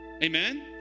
Amen